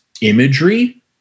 imagery